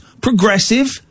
progressive